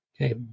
Okay